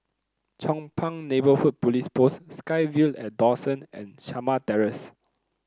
Chong Pang Neighbourhood Police Post SkyVille At Dawson and Shamah Terrace